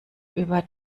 über